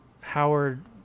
Howard